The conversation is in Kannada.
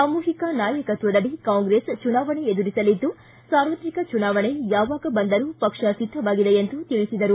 ಸಾಮೂಹಿಕ ನಾಯಕತ್ವದಡಿ ಕಾಂಗ್ರೆಸ್ ಚುನಾವಣೆ ಎದುರಿಸಲಿದ್ದು ಸಾರ್ವತ್ರಿಕ ಚುನಾವಣೆ ಯಾವಾಗ ಬಂದರೂ ಪಕ್ಷ ಸಿದ್ದವಾಗಿದೆ ಎಂದು ತಿಳಿಸಿದರು